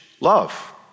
love